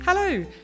Hello